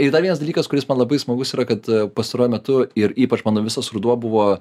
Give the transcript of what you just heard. ir dar vienas dalykas kuris man labai smagus yra kad pastaruoju metu ir ypač mano visas ruduo buvo